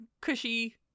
cushy